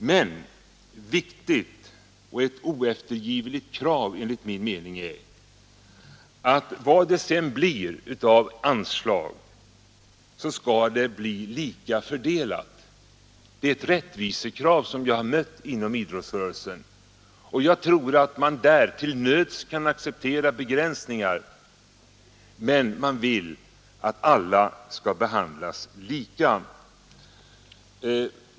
Men ett oeftergivligt krav är enligt min mening att vad det än blir av anslag skall det bli lika fördelat. Det är ett rättvisekrav som jag har mött inom idrottsrörelsen. Jag tror att man där till nöds kan acceptera begränsningar, men man vill att alla skall behandlas lika.